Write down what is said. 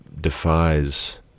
defies